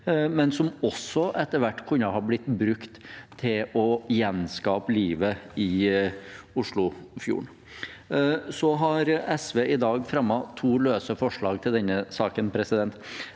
men som også etter hvert kunne ha blitt brukt til å gjenskape livet i Oslofjorden. SV har i dag fremmet to forslag til denne saken. Det ene